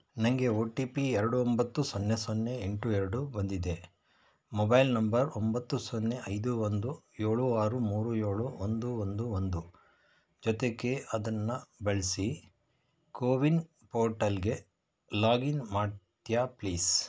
ನನಗೆ O T P ಎರಡು ಒಂಬತ್ತು ಸೊನ್ನೆ ಸೊನ್ನೆ ಎಂಟು ಎರಡು ಬಂದಿದೆ ಮೊಬೈಲ್ ನಂಬರ್ ಒಂಬತ್ತು ಸೊನ್ನೆ ಐದು ಒಂದು ಏಳು ಆರು ಮೂರು ಏಳು ಒಂದು ಒಂದು ಒಂದು ಜೊತೆಗೆ ಅದನ್ನು ಬಳಸಿ ಕೋವಿನ್ ಪೋರ್ಟಲ್ಗೆ ಲಾಗಿನ್ ಮಾಡ್ತೀಯಾ ಪ್ಲೀಸ್